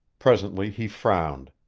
presently he frowned.